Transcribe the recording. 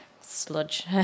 sludge